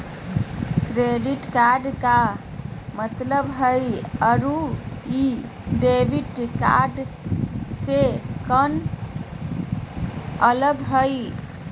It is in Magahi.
क्रेडिट कार्ड के का मतलब हई अरू ई डेबिट कार्ड स केना अलग हई?